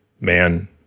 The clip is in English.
man